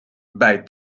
bij